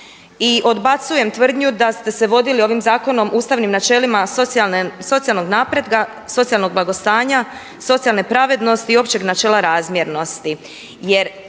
i odbacujem tvrdnju da ste se vodili ovim zakonom ustavnim načelima socijalnog napretka, socijalnog blagostanja, socijalne pravednosti i općeg načela razmjernosti.